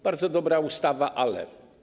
Bardzo dobra ustawa, ale.